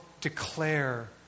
declare